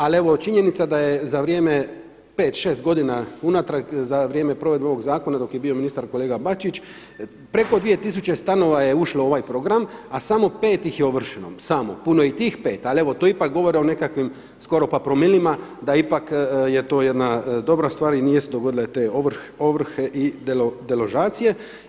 Ali evo činjenica je da je za vrijeme pet, šest godina unatrag za vrijeme provedbe ovog zakona dok je bio ministar kolega Bačić, preko dvije tisuće stanova je ušlo u ovaj program, a samo pet ih je ovršeno, samo, puno je i tih pet ali evo to ipak govori o nekakvim skoro pa promilima da je to ipak jedna dobra stvar i nisu se dogodile te ovrhe i deložacije.